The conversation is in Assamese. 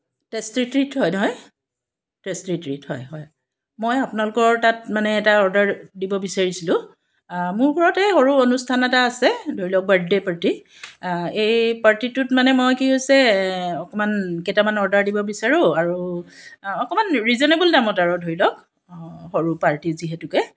টেষ্টী ট্ৰীট হয় নহয় টেষ্টী ট্ৰীট হয় হয় মই আপোনালোকৰ তাত মানে এটা অৰ্ডাৰ দিব বিচাৰিছিলোঁ মোৰ ঘৰত এই সৰু অনুষ্ঠান এটা আছে ধৰি লওক বাৰ্থডে' পাৰ্টী এই পাৰ্টীটোত মানে মই কি হৈছে অকণমান কেইটামান অৰ্ডাৰ দিব বিচাৰোঁ আৰু অকণমান ৰিজনেবল দামত আৰু ধৰি লওক সৰু পাৰ্টী যিহেতুকে